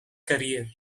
career